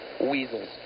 Weasels